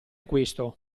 questo